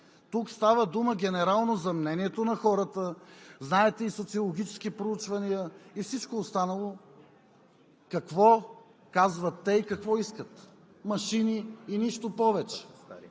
тук става дума генерално за мнението на хората. Знаете за социологическите проучвания и всичко останало, какво казват те и какво искат – машини и нищо повече.